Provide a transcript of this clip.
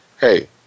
hey